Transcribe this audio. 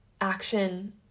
action